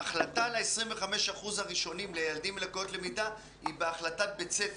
ההחלטה על ה-25% הראשונים לילדים עם לקויות למידה היא בהחלטת בית ספר,